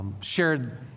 Shared